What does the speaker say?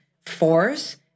force